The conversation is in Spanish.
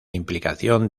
implicación